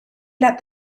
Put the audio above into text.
led